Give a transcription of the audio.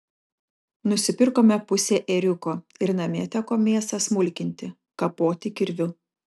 nusipirkome pusę ėriuko ir namie teko mėsą smulkinti kapoti kirviu